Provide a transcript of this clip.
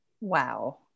Wow